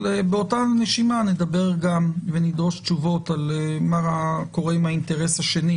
אבל באותה נשימה נדבר גם ונדרוש תשובות על מה קורה עם האינטרס השני,